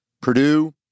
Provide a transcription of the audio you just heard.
Purdue